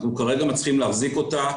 אנחנו כרגע מצליחים להחזיק אותה,